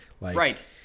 Right